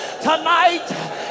Tonight